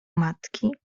matki